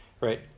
right